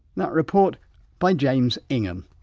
that report by james ingham.